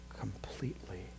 Completely